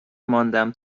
ماندم